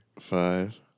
five